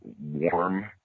warm